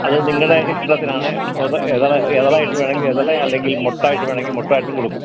അത് നിങ്ങളുടെ ഇഷ്ടത്തിനാണ് ഇതള് ഇതളായിട്ട് വേണമെങ്കിൽ ഇതള് അല്ലെങ്കിൽ മൊട്ടായിട്ട് വേണമെങ്കിൽ മൊട്ടായിട്ടും കൊടുക്കും